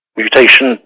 mutation